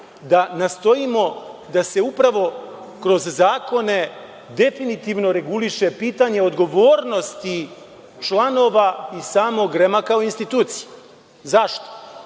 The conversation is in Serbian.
da nastojimo da se upravo kroz zakone definitivno reguliše pitanje odgovornosti članova i samog REM-a kao institucije.Zašto?